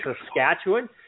Saskatchewan